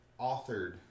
authored